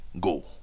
go